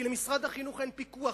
כי למשרד החינוך אין פיקוח,